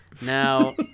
Now